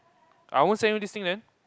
I won't send you this thing then